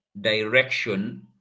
direction